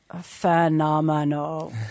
phenomenal